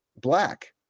black